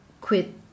quit